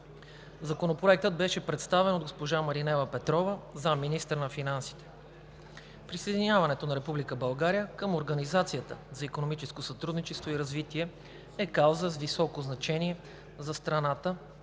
Законопроектът беше представен от госпожа Маринела Петрова – заместник-министър на финансите. Присъединяването на Република България към Организацията за икономическо сътрудничество и развитие е кауза с високо значение за страната,